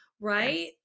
right